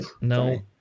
No